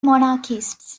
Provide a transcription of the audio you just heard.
monarchists